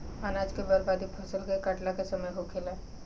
अनाज के बर्बादी फसल के काटला के समय होखेला